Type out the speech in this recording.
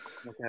Okay